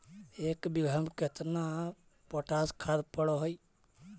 एक बिघा में केतना पोटास खाद पड़ है?